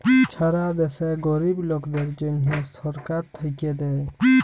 ছারা দ্যাশে গরিব লকদের জ্যনহ ছরকার থ্যাইকে দ্যায়